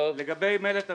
לגבי "מלט הר-טוב",